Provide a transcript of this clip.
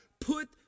Put